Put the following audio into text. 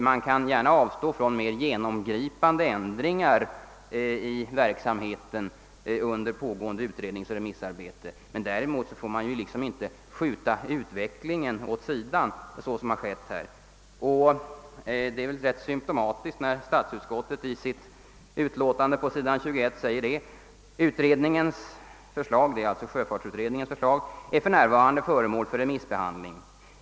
Man kan givetvis avstå från mera genomgripande ändringar i verksamheten under pågående utredningsoch remissarbete. Däremot får man inte liksom skjuta utvecklingen av samhällets åtgärder åt sidan såsom här har skett. Det är rätt symptomatiskt när statsutskottet i sitt utlåtande på s. 21 säger: »Utredningens» — alltså sjöfartsutredningens — »förslag är f.n. föremål för remissbehandling.